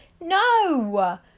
No